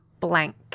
blank